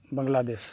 Bangladesh